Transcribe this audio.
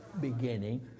beginning